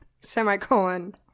Semicolon